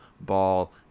ball